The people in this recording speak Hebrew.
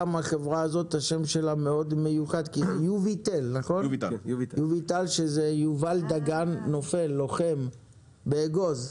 --- גם יוביטל שזה יובל דגן נופל, לוחם באגוז.